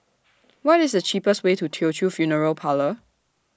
What IS The cheapest Way to Teochew Funeral Parlour